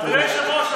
אדוני היושב-ראש,